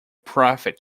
profit